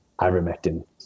ivermectin